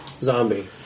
zombie